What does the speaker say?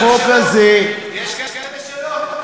החוק הזה, יש כאלה שלא.